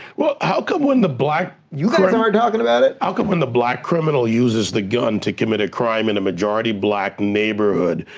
well, how come when the black? you guys aren't talking about it. how come when the black criminal uses the gun to commit a crime in a majority black neighborhood,